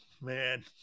man